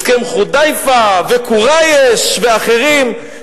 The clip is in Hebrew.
הסכם חודייביה עם קורייש ואחרים,